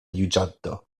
juĝanto